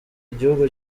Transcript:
igihugu